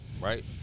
right